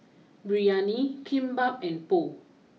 Biryani Kimbap and Pho